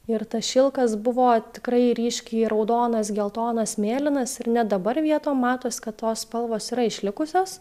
ir tas šilkas buvo tikrai ryškiai raudonas geltonas mėlynas ir net dabar vietom matos kad tos spalvos yra išlikusios